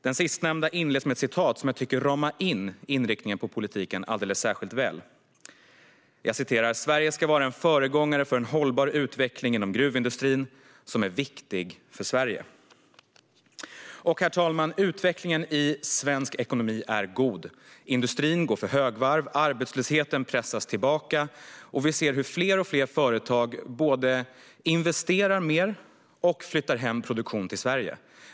Den sistnämnda inleds med ett citat som jag tycker ramar in inriktningen på politiken särskilt väl: "Sverige ska vara en föregångare för en hållbar utveckling inom gruvindustrin, som är viktig för Sverige." Herr talman! Utvecklingen i svensk ekonomi är god. Industrin går för högvarv, och arbetslösheten pressas tillbaka. Vi ser också att allt fler företag investerar mer och flyttar hem produktion till Sverige.